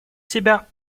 себя